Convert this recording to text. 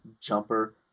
Jumper